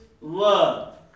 love